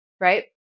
Right